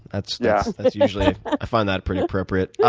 that's yeah that's usually i find that pretty appropriate.